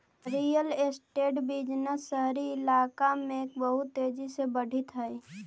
real estate business शहरी कइलाका में बहुत तेजी से बढ़ित हई